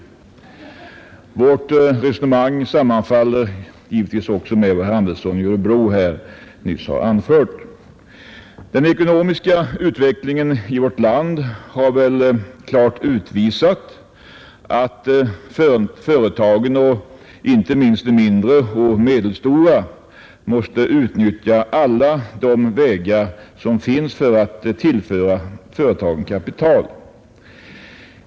Vårt resonemang sammanfaller givetvis med vad herr Andersson i Örebro anförde. Den ekonomiska utvecklingen i vårt land har klart utvisat att företagen — inte minst mindre och medelstora — måste utnyttja alla vägar som finns för att tillföra företagen kapital.